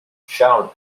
charles